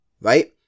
right